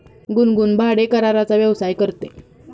गुनगुन भाडेकराराचा व्यवसाय करते